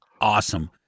awesome